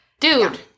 Dude